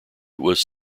was